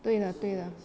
对 lah 对 lah